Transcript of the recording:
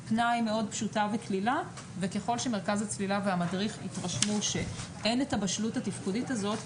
ככל שמרכז הצלילה והמדריך יתרשמו שאין את הבשלות התפקודית הזאת,